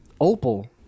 Opal